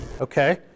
Okay